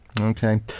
Okay